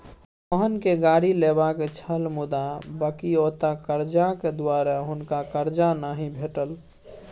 मोहनकेँ गाड़ी लेबाक छल मुदा बकिऔता करजाक दुआरे हुनका करजा नहि भेटल